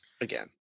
again